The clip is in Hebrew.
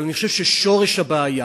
אבל אני חושב ששורש הבעיה,